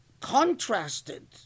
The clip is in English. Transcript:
contrasted